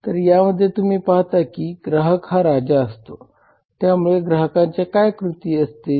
तर यामध्ये तुम्ही पाहता की ग्राहक हा राजा असतो त्यामुळे ग्राहकाच्या काय कृती असतील